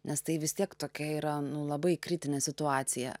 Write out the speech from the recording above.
nes tai vis tiek tokia yra nu labai kritinė situacija